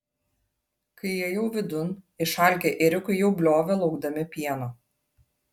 kai įėjau vidun išalkę ėriukai jau bliovė laukdami pieno